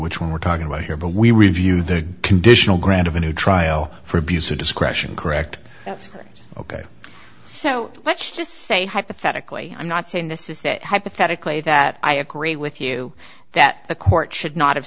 which one we're talking about here but we reviewed the conditional grant of a new trial for abuse of discretion correct that's ok so let's just say hypothetically i'm not saying this is that hypothetically that i agree with you that the court should not have